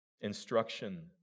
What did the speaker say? instruction